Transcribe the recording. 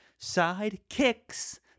sidekicks